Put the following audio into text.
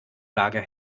lager